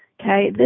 okay